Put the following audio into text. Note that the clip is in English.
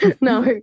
No